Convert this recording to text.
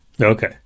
Okay